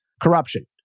corruption